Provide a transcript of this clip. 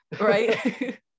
Right